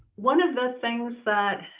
one of the things that,